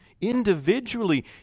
Individually